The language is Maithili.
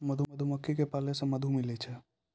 मधुमक्खी क पालै से मधु मिलै छै